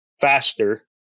faster